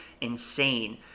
insane